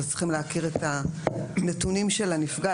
אז צריכים להכיר את הנתונים של הנפגע.